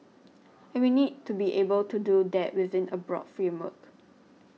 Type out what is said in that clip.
and we need to be able to do that within a broad framework